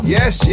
Yes